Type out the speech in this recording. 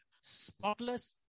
spotless